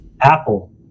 apple